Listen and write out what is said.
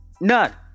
None